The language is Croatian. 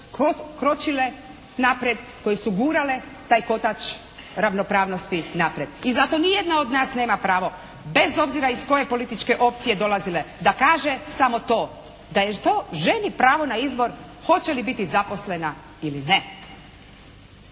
kročile naprijed, koje su gurale taj kotač ravnopravnosti naprijed. I zato nijedna od nas nema pravo bez obzira iz koje političke opcije dolazile da kaže samo to, da je to ženi pravo na izbor hoće li biti zaposlena ili ne.